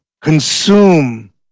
consume